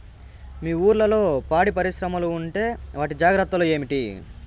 మీ ఊర్లలో పాడి పరిశ్రమలు ఉంటే వాటి జాగ్రత్తలు ఏమిటి